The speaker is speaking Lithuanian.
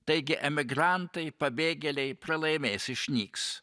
taigi emigrantai pabėgėliai pralaimės išnyks